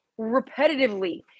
repetitively